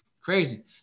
crazy